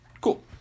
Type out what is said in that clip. Cool